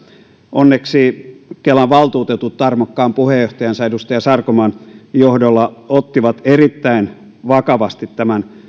onneksi kelan valtuutetut tarmokkaan puheenjohtajansa edustaja sarkomaan johdolla ottivat erittäin vakavasti tämän